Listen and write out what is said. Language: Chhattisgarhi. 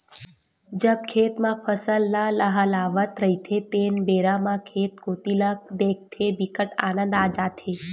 जब खेत म फसल ल लहलहावत रहिथे तेन बेरा म खेत कोती ल देखथे बिकट आनंद आ जाथे